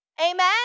Amen